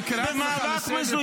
נאמת פה נאום על חשיבות חופש הביטוי